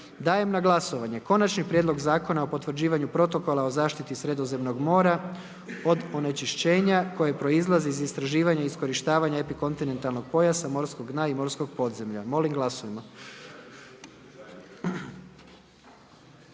Dajem na glasovanje Konačni prijedlog Zakona o potvrđivanju Protokola o zaštiti Sredozemnog mora od onečišćenja koje proizlazi iz istraživanja i iskorištavanja epikontinentalnog pojasa, morskog dna i morskog podzemlja. Molim glasujmo.